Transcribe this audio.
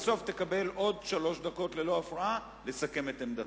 בסוף תקבל עוד שלוש דקות ללא הפרעה לסכם את עמדתך.